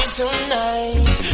tonight